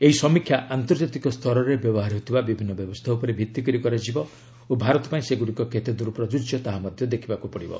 ଏହି ସମୀକ୍ଷା ଆନ୍ତର୍ଜାତିକ ସ୍ତରରେ ବ୍ୟବହାର ହେଉଥିବା ବିଭିନ୍ନ ବ୍ୟବସ୍ଥା ଉପରେ ଭିଭି କରି କରାଯିବ ଓ ଭାରତ ପାଇଁ ସେଗୁଡ଼ିକ କେତେଦୂର ପ୍ରଜ୍ଜୁଯ୍ୟ ତାହା ମଧ୍ୟ ଦେଖିବାକୁ ପଡ଼ିବ